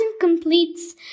completes